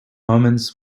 omens